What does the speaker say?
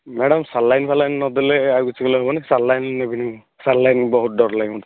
madam saline ଫାଲାଇନ୍ ନ ଦେଲେ ଆଉ କିଛି କଲେ ହେବନି ସାଲାଇନ୍ ନେବିନି ମୁଁ ସାଲାଇନ୍ ବହୁତ ଡର ଲାଗେ ମୋତେ